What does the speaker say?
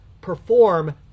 perform